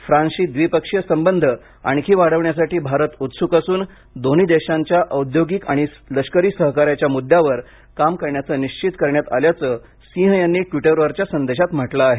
फ्रान्सशी द्विपक्षीय संबंध आणखी वाढविण्यासाठी भारत उत्सुक असून दोन्ही देशांच्या औद्योगिक आणि लष्करी सहकार्याच्या मुद्यांवर काम करण्याचं निश्चित करण्यात आल्याचं सिंह यांनी ट्विटरवरच्या संदेशात म्हटलं आहे